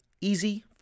easy